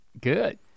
Good